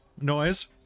noise